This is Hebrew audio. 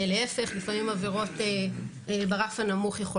להיפך, לפעמים בעבירות ברף הנמוך יכול